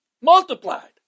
multiplied